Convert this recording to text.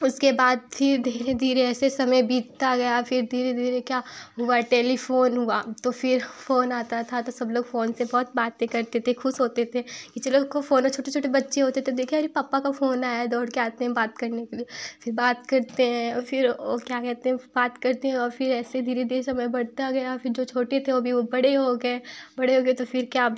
उसके बाद फिर धीरे धीरे ऐसे समय बीतता गया फिर धीरे धीरे क्या हुआ टेलीफ़ोन हुआ तो फिर फ़ोन आता था तो सब लोग फ़ोन से बहुत बात भी करते थे ख़ुश होते थे कि चलो छोटे छोटे बच्चे होते थे देखे अरे पप्पा का फ़ोन आया है दौड़ कर आते हैं बात करने के लिए फिर बात करते हैं और फिर वह क्या कहते हैं बात करते हैं और फिर ऐसे धीरे धीरे समय बढ़ता गया फिर जो छोटे थे अभी वे बड़े हो गए बड़े हो गए तो फिर क्या